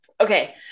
Okay